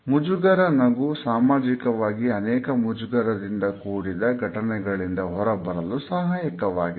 ಮುಜುಗರ ನಗು ಸಾಮಾಜಿಕವಾಗಿ ಅನೇಕ ಮುಜುಗರದಿಂದ ಕೂಡಿದ ಘಟನೆಗಳಿಂದ ಹೊರಬರಲು ಸಹಾಯಕವಾಗಿದೆ